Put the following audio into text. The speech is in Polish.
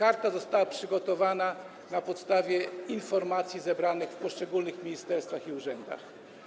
Informacja została przygotowana na podstawie informacji zebranych w poszczególnych ministerstwach i urzędach.